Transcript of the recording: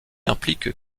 implique